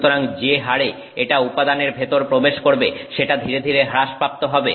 সুতরাং যে হারে এটা উপাদানের ভেতর প্রবেশ করবে সেটা ধীরে ধীরে হ্রাসপ্রাপ্ত হবে